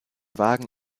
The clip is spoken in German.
wagen